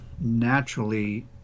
naturally